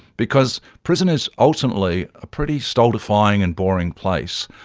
because prison is ultimately a pretty stultifying and boring place,